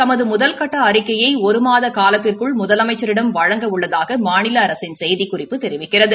தமது முதற்கட்ட அறிக்கையை ஒரு மாத காலத்திற்குள் முதலமச்சிடம் வழங்க உள்ளதாக மாநில அரசின் செய்திக் குறிப்பு தெரிவிக்கிறது